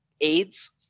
AIDS